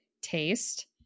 Taste